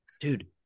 Dude